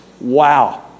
Wow